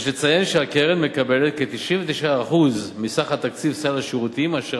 יש לציין שהקרן מקבלת כ-99% מסך תקציב סל השירותים אשר